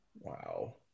Wow